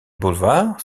boulevard